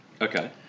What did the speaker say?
Okay